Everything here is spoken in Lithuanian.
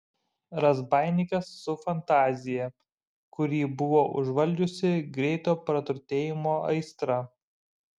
razbaininkas su fantazija kurį buvo užvaldžiusi greito praturtėjimo aistra